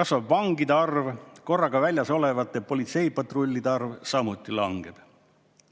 Kasvab vangide arv. Korraga väljas olevate politseipatrullide arv samuti langeb.